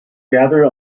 gathered